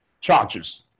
charges